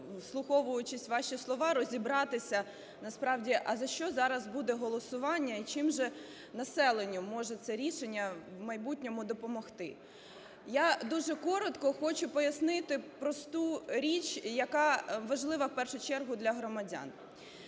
вслуховуючись у ваші слова, розібратися насправді, а за що зараз буде голосування, і чим же населенню може це рішення в майбутньому допомогти. Я дуже коротко хочу пояснити просту річ, яка важлива в першу чергу для громадян.